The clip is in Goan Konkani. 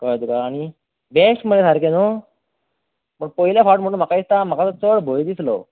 कळ्ळें तुका आनी बॅस्ट मरे सारकें न्हूं पयले फावटीं म्हणून म्हाका दिसता म्हाका चड भंय दिसलो